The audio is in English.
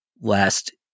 last